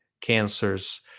cancers